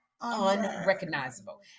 Unrecognizable